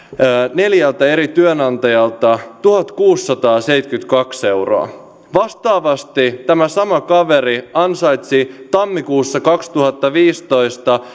neljältä eri työnantajalta tuhatkuusisataaseitsemänkymmentäkaksi euroa vastaavasti tämä sama kaveri ansaitsi tammikuussa kaksituhattaviisitoista